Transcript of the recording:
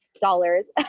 dollars